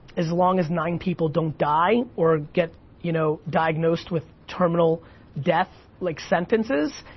as long as nine people don't die or get, you know, diagnosed with terminal death, like, sentences,